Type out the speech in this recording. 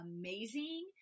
amazing